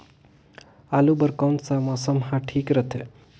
आलू बार कौन सा मौसम ह ठीक रथे?